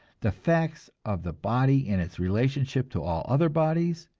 the facts of the body in its relationship to all other bodies